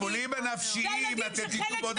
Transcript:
את הטיפולים הנפשיים אתם תתנו בעוד 10 שנים.